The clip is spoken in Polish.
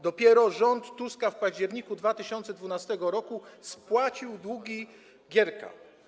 Dopiero rząd Tuska w październiku 2012 r. spłacił długi Gierka.